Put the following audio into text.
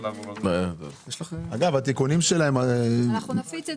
אנחנו נפיץ את